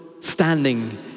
standing